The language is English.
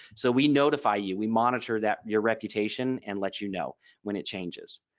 so we notify you. we monitor that your reputation and let you know when it changes.